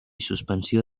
suspensió